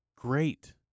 great